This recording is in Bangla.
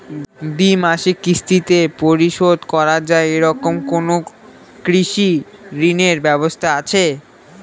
দ্বিমাসিক কিস্তিতে পরিশোধ করা য়ায় এরকম কোনো কৃষি ঋণের ব্যবস্থা আছে?